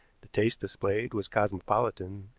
the taste displayed was cosmopolitan,